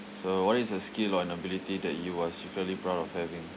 so what is a skill or an ability that you are secretly proud of having